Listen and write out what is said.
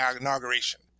inauguration